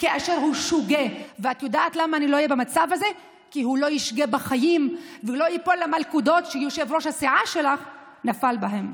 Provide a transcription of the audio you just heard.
אנחנו הראשונים שנגיד ליושב-ראש הסיעה שלנו,